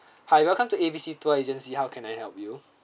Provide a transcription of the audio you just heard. hi welcome to A B C tour agency how can I help you